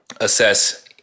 assess